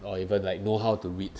or even like know how to read